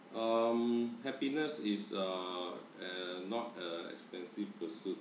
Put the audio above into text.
um happiness is uh uh not a expensive pursuit